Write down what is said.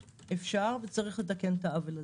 אפשר וצריך לתקן את העוול הזה.